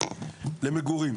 למגורים.